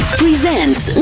presents